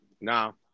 now